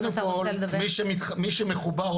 קודם כל מי שמחובר,